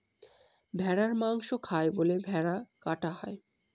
ভেড়ার মাংস খায় বলে ভেড়া কাটা হয়